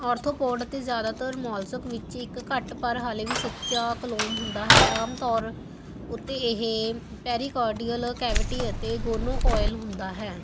arthropod ਅਤੇ ਜ਼ਿਆਦਾਤਰ mollusc ਵਿੱਚ ਇੱਕ ਘੱਟ ਪਰ ਹਾਲੇ ਵੀ ਸੱਚਾ ਕਲੋਮ ਹੁੰਦਾ ਹੈ ਆਮ ਤੌਰ ਉੱਤੇ ਇਹ ਪੈਰੀਕਾਰਡੀਅਲ ਕੈਵਿਟੀ ਅਤੇ ਗੋਨੋਕੋਇਲ ਹੁੰਦਾ ਹੈ